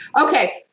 okay